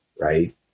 right